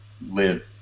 live